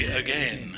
again